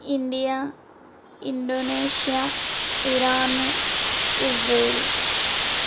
India Indonesia Iran Israel